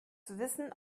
wissen